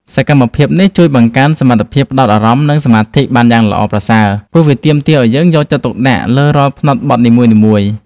សកម្មភាពនេះជួយបង្កើនសមត្ថភាពផ្ដោតអារម្មណ៍ និងសមាធិបានយ៉ាងល្អប្រសើរ ព្រោះវាទាមទារឱ្យយើងយកចិត្តទុកដាក់លើរាល់ផ្នត់បត់នីមួយៗ។